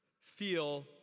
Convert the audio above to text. feel